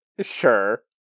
Sure